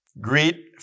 Greet